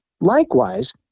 Likewise